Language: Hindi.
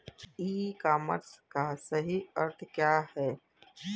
ई कॉमर्स का सही अर्थ क्या है?